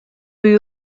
you